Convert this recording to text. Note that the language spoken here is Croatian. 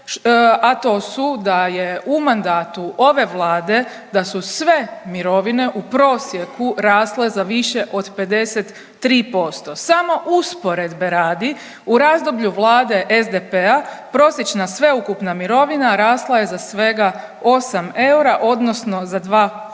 a to su da je u mandatu ove Vlade da su sve mirovine u prosjeku rasle za više od 53%. Samo usporedbe radi u razdoblju Vlade SDP-a prosječna sveukupna mirovina rasla je za svega 8 eura, odnosno za 2%.